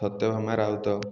Satyabhama Raut